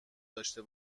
داشته